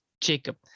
Jacob